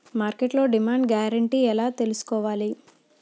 మార్కెట్లో demand guarantee ఎలా తెల్సుకోవాలి?